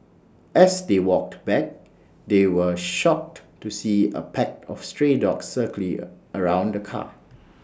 as they walked back they were shocked to see A pack of stray dogs circling around the car